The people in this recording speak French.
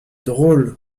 drôle